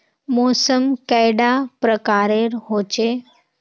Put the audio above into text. मौसम कैडा प्रकारेर होचे?